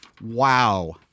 Wow